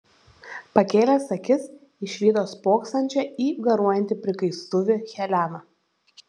pakėlęs akis išvydo spoksančią į garuojantį prikaistuvį heleną